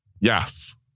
Yes